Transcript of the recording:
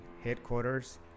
headquarters